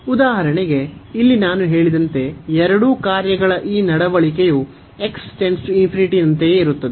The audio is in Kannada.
ಉದಾಹರಣೆಗೆ ಇಲ್ಲಿ ನಾನು ಹೇಳಿದಂತೆ ಎರಡೂ ಕಾರ್ಯಗಳ ಈ ನಡವಳಿಕೆಯು ನಂತೆಯೇ ಇರುತ್ತದೆ